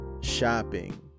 Shopping